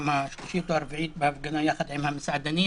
השלישית או הרביעית בהפגנה יחד עם המסעדנים